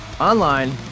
online